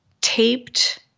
taped